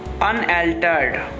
unaltered